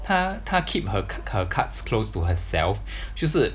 他他 keep her her cards close to herself 就是